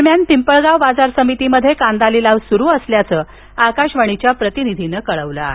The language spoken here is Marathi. दरम्यान पिंपळगाव बाजार समितीत कांदा लिलाव सुरु असल्याचं आकाशवाणीच्या प्रतिनिधीनं कळवलं आहे